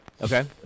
Okay